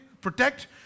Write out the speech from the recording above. protect